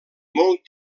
molt